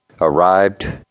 arrived